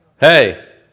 Hey